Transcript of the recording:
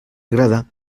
agrada